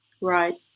Right